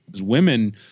women